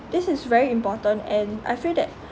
this is very important and I feel that